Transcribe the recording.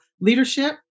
leadership